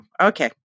Okay